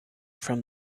from